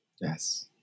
Yes